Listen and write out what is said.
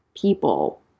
people